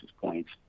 points